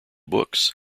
books